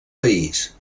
país